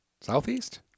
Southeast